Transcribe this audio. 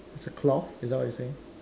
is a cloth is that what you're saying